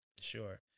Sure